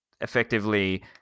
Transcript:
effectively